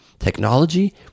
technology